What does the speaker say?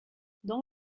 dans